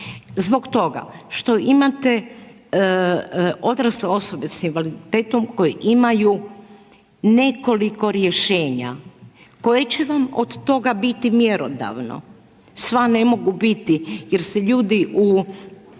Zbog toga što imate odrasle osobe sa invaliditetom koje imaju nekoliko rješenja. Koje će vam od toga bit mjerodavno, sva ne mogu biti jer se ljudi na